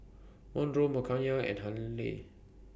Monroe Mckayla and Hayley